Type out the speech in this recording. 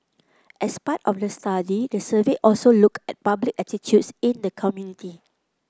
as part of the study the survey also looked at public attitudes in the community